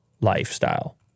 lifestyle